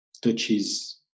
touches